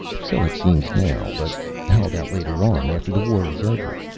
so it seems now. but how about later on? after the war is over.